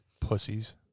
pussies